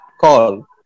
call